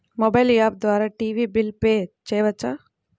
Mobile app ద్వారా TV bill pay చేయవచ్చా?